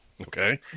Okay